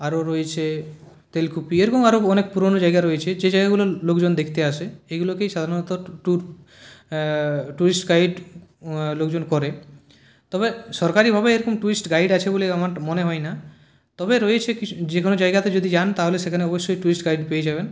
আরো রয়েছে তেলকুপি এরকম আরো অনেক পুরানো জায়গা রয়েছে যে জায়গাগুলো লোকজন দেখতে আসে এগুলিকেই সাধারণত টুরিস্ট গাইড লোকজন করে তবে সরকারিভাবে এরকম টুরিস্ট গাইড আছে বলে আমার মনে হয় না তবে রয়েছে কিছু যেকোনো জায়গাতে যদি যান তাহলে সেখানে অবশ্যই টুরিস্ট গাইড পেয়ে যাবেন